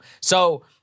So-